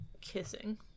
kissing